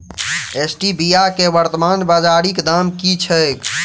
Stevia केँ वर्तमान बाजारीक दाम की छैक?